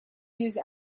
use